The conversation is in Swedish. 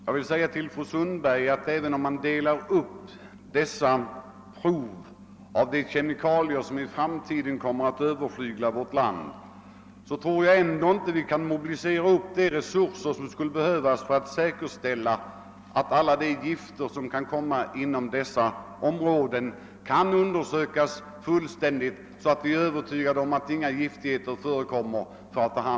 Herr talman! Jag vill säga till fru Sundberg att vi, även om dessa undersökningar delas upp, ändå inte kommer att kunna mobilisera de resurser som vi skulle behöva för att undersöka alla kemikalier som i framtiden kommer att överflöda vårt land så fullständigt, att vi blir övertygade om att inga giftverkningar förekommer.